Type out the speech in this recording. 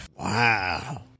Wow